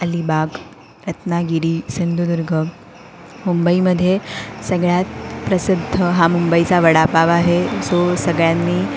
अलिबाग रत्नागिरी सिंधुदुर्ग मुंबईमध्ये सगळ्यात प्रसिद्ध हा मुंबईचा वडापाव आहे जो सगळ्यांनी